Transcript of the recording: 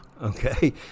Okay